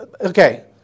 okay